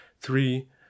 Three